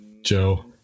Joe